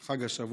על חג השבועות,